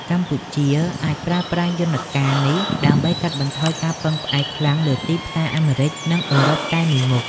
កម្ពុជាអាចប្រើប្រាស់យន្តការនេះដើម្បីកាត់បន្ថយការពឹងផ្អែកខ្លាំងលើទីផ្សារអាមេរិក និងអឺរ៉ុបតែមួយមុខ។